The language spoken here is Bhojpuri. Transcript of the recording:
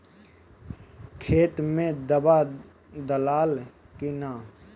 खेत मे दावा दालाल कि न?